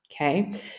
Okay